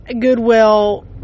goodwill